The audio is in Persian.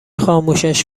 خاموشش